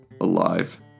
alive